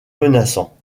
menaçant